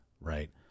right